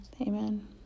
Amen